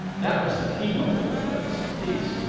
that was the keynote of the place, peace.